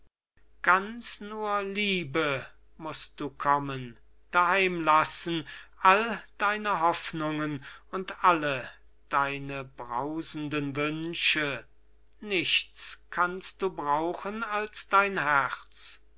gott ganz zur liebe mußt du kommen daheim lassen all deine hoffnungen und all deine brausenden wünsche nichts kannst du brauchen als dein herz